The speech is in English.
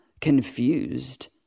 confused